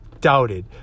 doubted